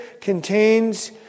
contains